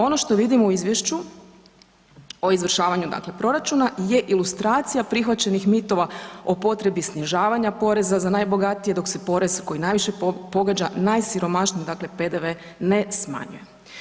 Ono što vidimo u izvješću o izvršavanju dakle proračuna je ilustracija prihvaćenih mitova o potrebi snižavanja poreza za najbogatije, dok se porez koji najviše pogađa najsiromašnije dakle, PDV, ne smanjuje.